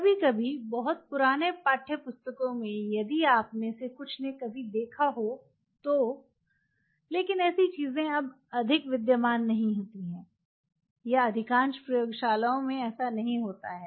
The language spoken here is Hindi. कभी कभी बहुत पुरानी पाठ्य पुस्तक में यदि आप में से कुछ ने कभी देखा हो तो लेकिन ऐसी चीजें अब अधिक विद्यमान नहीं होती हैं या अधिकांश प्रयोगशाला में ऐसा नहीं होता है